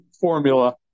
formula